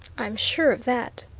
i'm sure of that,